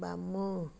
ବାମ